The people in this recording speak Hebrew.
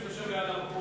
מבקשים שתשב ליד המקום.